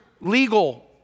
legal